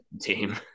team